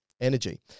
energy